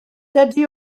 dydy